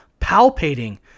palpating